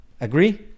Agree